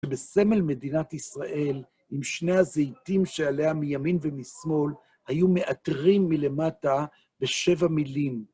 שבסמל מדינת ישראל, עם שני הזיתים שעליה מימין ומשמאל, היו מעטרים מלמטה בשבע מילים.